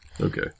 okay